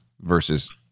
versus